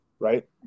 right